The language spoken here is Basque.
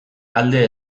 alde